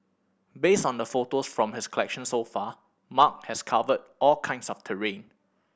based on the photos from his collection so far Mark has covered all kinds of terrain